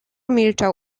milczał